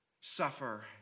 suffer